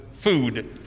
food